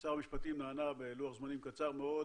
שר המשפטים נענה בלוח זמנים קצר מאוד,